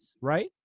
right